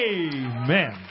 Amen